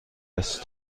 است